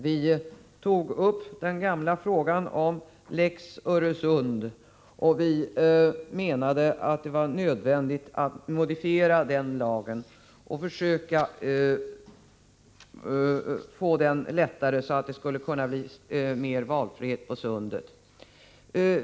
Vi tog upp den gamla frågan om Lex Öresund. Vi menade att det var nödvändigt att modifiera den lagen och försöka få mer valfrihet när det gäller trafiken över sundet.